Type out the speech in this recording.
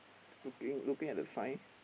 looking looking at the sign